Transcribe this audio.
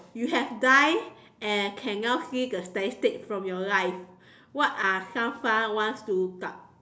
you have died and can now see the statistic for your life what are some fun ones to look up